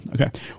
Okay